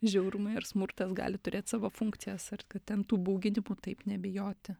žiaurumai ar smurtas gali turėt savo funkcijas ar kad ten tų bauginimų taip nebijoti